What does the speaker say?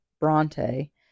Bronte